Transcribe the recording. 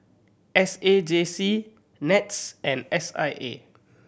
S A J C NETS and S I A